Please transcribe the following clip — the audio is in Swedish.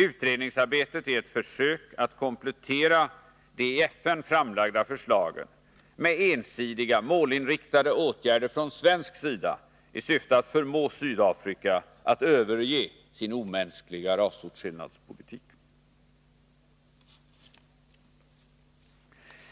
Utredningsarbetet är ett försök att komplettera de i FN framlagda förslagen med ensidiga, målinriktade åtgärder från svensk sida i syfte att förmå Sydafrika att överge sin omänskliga rasåtskillnadspolitik.